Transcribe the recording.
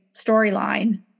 storyline